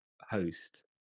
Host